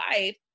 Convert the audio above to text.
life